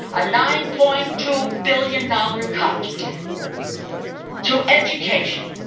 a nine point two billion dollars cut to education.